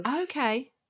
Okay